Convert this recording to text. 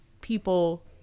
people